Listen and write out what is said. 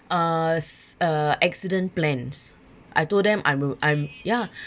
uh it's a accident plans I told them I will I'm ya